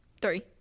Three